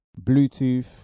Bluetooth